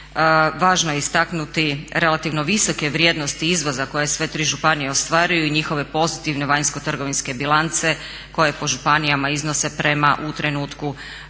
Važno je istaknuti relativno visoke vrijednosti izvoza koje sve tri županije ostvaruju i njihove pozitivne vanjskotrgovinske bilance koje po županijama iznose prema u trenutku predlaganja